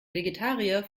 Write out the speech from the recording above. vegetarier